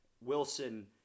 Wilson